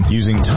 using